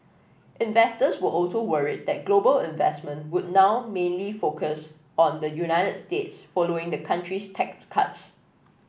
investors were also worried that global investment would now mainly focused on the United States following the country's tax cuts